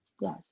yes